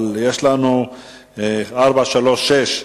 יש לנו שאילתא מס' 436,